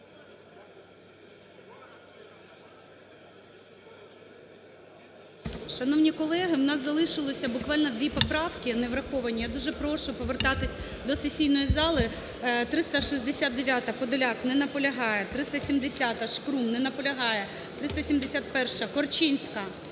Шановні колеги, у нас залишилося буквально дві поправки не враховані. Я дуже прошу повертатися до сесійної зали. 369-а, Подоляк. Не наполягає. 370-а. Шкрум. Не наполягає. 371-а, Корчинська.